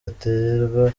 aterwa